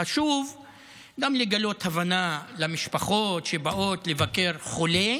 חשוב גם לגלות הבנה למשפחות שבאות לבקר חולה